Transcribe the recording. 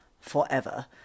forever